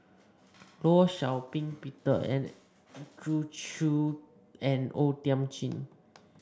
Law Shau Ping Peter Andrew Chew and O Thiam Chin